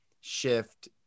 shift